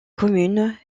communes